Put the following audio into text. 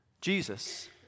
Jesus